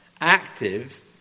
active